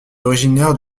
originaire